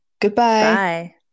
goodbye